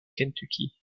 kentucky